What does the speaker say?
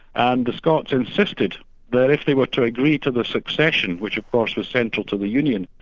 and the scots insisted that if they were to agree to the succession, which of course was central to the union,